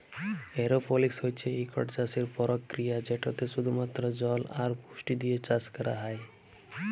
এরওপলিক্স হছে ইকট চাষের পরকিরিয়া যেটতে শুধুমাত্র জল আর পুষ্টি দিঁয়ে চাষ ক্যরা হ্যয়